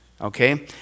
okay